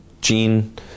gene